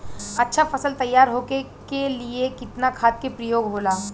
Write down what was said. अच्छा फसल तैयार होके के लिए कितना खाद के प्रयोग होला?